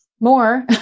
more